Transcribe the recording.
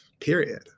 period